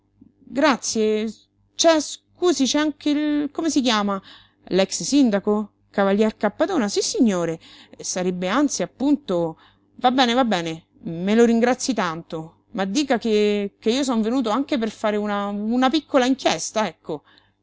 c'è scusi c'è anche il come si chiama l'ex-sindaco cavalier cappadona sissignore sarebbe anzi appunto va bene va bene me lo ringrazi tanto ma dica che che io son venuto anche per fare una una piccola inchiesta ecco